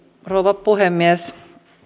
rouva puhemies